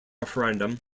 referendum